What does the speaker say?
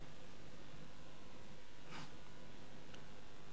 הספיק.